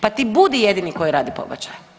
Pa ti bude jedini koji rade pobačaje.